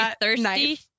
thirsty